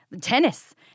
tennis